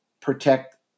protect